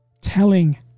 telling